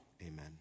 Amen